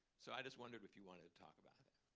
so i just wondered if you wanted to talk about it?